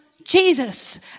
Jesus